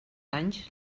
anys